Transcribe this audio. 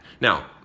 Now